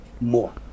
more